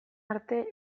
arte